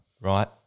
right